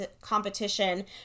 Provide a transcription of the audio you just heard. competition